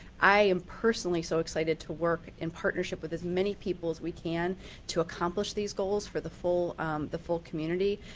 i am personally soy so excited to work in partnership with as many people as we can to accomplish these goals for the full the full community.